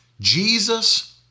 Jesus